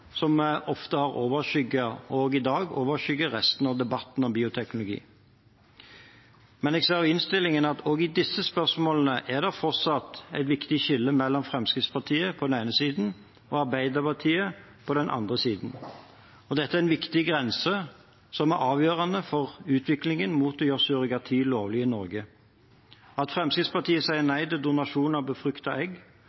som ofte har overskygget – og også i dag overskygger – resten av debatten om bioteknologien. Men jeg ser av innstillingen at også i disse spørsmålene er det fortsatt et viktig skille mellom Fremskrittspartiet på den ene siden og Arbeiderpartiet på den andre siden. Dette er en viktig grense som er avgjørende for utviklingen mot å gjøre surrogati lovlig i Norge. At Fremskrittspartiet sier